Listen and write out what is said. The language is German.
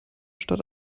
statt